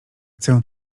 chcę